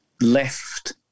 left